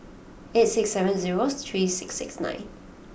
eight six seven zero three six six nine